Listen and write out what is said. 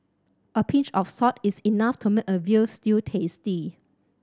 a pinch of salt is enough to make a veal stew tasty